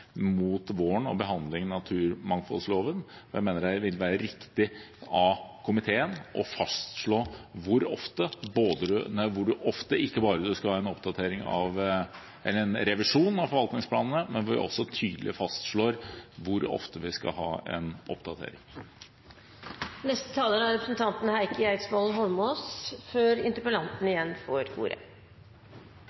mot våren til behandlingen av naturmangfoldloven. Jeg mener det vil være riktig av komiteen å fastslå ikke bare hvor ofte det skal være en revisjon av forvaltningsplanene, men at vi også tydelig fastslår hvor ofte vi skal ha en oppdatering. Det er